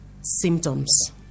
symptoms